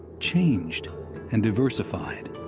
changed and diversified.